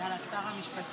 חברי הכנסת,